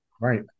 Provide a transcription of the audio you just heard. Right